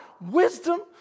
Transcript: Wisdom